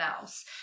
else